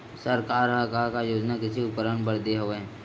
सरकार ह का का योजना कृषि उपकरण बर दे हवय?